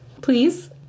Please